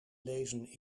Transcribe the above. lezen